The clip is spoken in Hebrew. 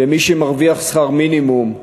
למי שמרוויח שכר מינימום,